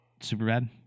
Superbad